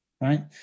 right